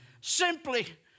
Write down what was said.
simply